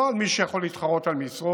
לא על מי שיכול להתחרות על משרות,